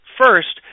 first